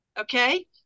okay